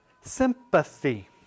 sympathy